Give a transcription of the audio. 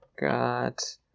got